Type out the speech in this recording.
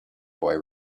boy